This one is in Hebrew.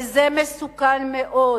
וזה מסוכן מאוד.